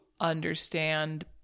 understand